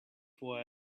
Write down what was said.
why